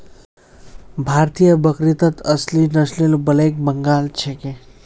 भारतीय बकरीत असली नस्ल ब्लैक बंगाल छिके